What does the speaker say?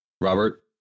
Robert